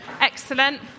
Excellent